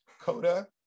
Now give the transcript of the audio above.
Coda